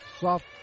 soft